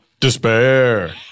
Despair